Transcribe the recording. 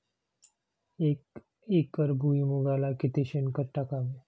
एक एकर भुईमुगाला किती शेणखत टाकावे?